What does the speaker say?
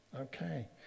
okay